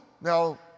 Now